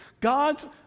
God's